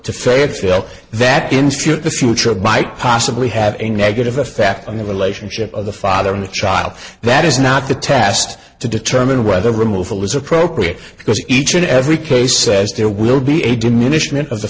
to fayetteville that in truth the future might possibly have a negative effect on the relationship of the father in the child that is not the test to determine whether removal is appropriate because each and every case says there will be a diminishment of the